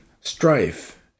strife